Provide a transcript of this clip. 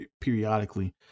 periodically